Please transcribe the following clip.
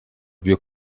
più